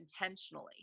intentionally